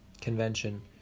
Convention